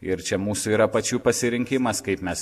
ir čia mūsų yra pačių pasirinkimas kaip mes